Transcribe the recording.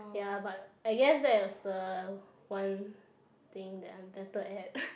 ya but I guess that was the one thing that I am better at